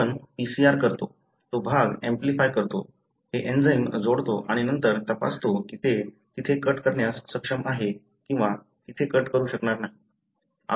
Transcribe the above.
आपण PCR करतो तो भाग ऍम्प्लिफाय करतो हे एंजाइम जोडतो आणि नंतर तपासतो की ते तिथे कट करण्यास सक्षम आहे किंवा तिथे कट करू शकणार नाही